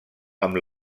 amb